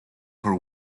for